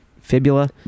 fibula